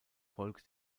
volk